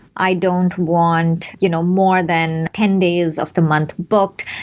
i don't want you know more than ten days of the month booked.